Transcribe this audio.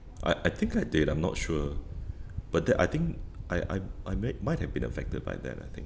I I think I did I'm not sure but then I think I I I may might have been affected by that I think